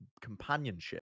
companionship